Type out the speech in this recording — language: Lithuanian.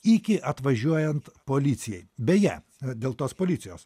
iki atvažiuojant policijai beje dėl tos policijos